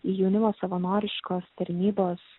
į jaunimo savanoriškos tarnybos